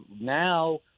now